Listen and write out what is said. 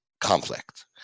conflict